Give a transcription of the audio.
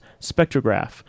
Spectrograph